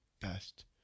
best